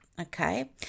okay